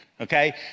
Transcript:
okay